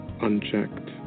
Unchecked